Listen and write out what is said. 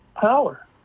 power